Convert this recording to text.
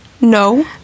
No